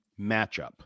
matchup